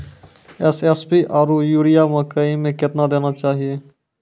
SSP आरु urea मकई मे कितना देना चाहिए?